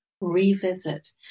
revisit